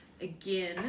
again